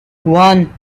one